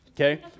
Okay